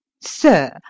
Sir